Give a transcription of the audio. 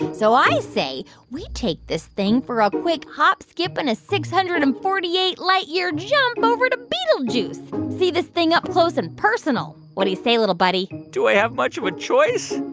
so i say we take this thing for a quick hop, skip and a six hundred and forty eight light-year jump over to betelgeuse, see this thing up close and personal. what do you say, little buddy? do i have much of a choice?